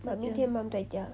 明天 mom 在家